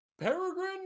Peregrine